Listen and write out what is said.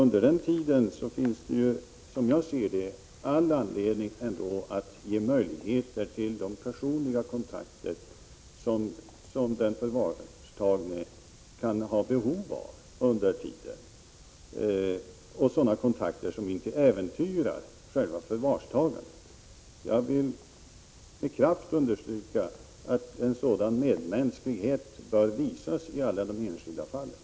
Under denna tid finns det, som jag ser det, all anledning att ge möjligheter till de personliga kontakter som den person som är tagen i förvar kan ha behov av — sådana kontakter som inte äventyrar själva förvarstagandet. Jag vill med kraft understryka att sådan medmänsklighet bör visas i alla de enskilda fallen.